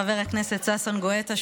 חבר הכנסת ששון גואטה,